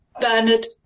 Bernard